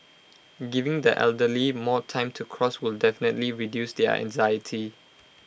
giving the elderly more time to cross will definitely reduce their anxiety